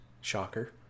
shocker